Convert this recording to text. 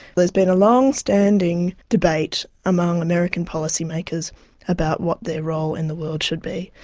there's been a long-standing debate among american policymakers about what their role in the world should be.